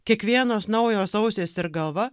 kiekvienos naujos ausys ir galva